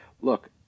look